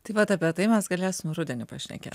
taip vat apie tai mes galėsim rudenį pašnekėt